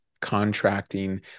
contracting